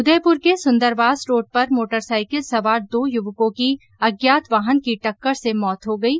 उदयपुर के सुंदरवास रोड पर मोटरसाइकिल सवार दो युवकों की अज्ञात वाहन की टक्कर से मौत हो गयी